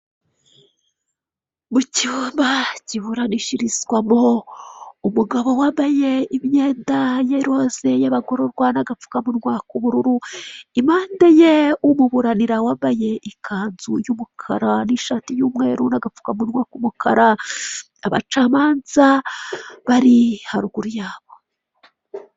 Mu cyumba kiburanishirizwamo umugabo wambaye imyenda ya roze y'abagororwa n'agapfukamarwa k'ubururu, impande ye umuburanira wambaye ikanzu y'umukara n'ishati y'umumweru n'agapfukamunwa k'umukara, abacamanza bari haruguru yabo.